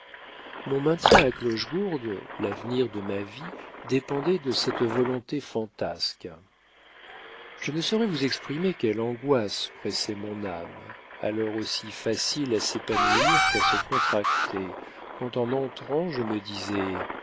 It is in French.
mon maintien à clochegourde l'avenir de ma vie dépendaient de cette volonté fantasque je ne saurais vous exprimer quelles angoisses pressaient mon âme alors aussi facile à s'épanouir qu'à se contracter quand en entrant je me disais